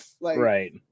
Right